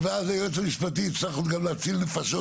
ואז היועץ המשפטי יצטרך עוד גם להציל נפשות,